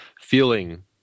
feeling